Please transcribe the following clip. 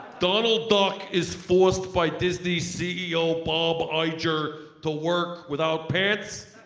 donald duck is forced by disney ceo, bob iger, to work without pants,